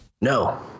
No